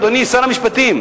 אדוני שר המשפטים,